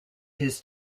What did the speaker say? his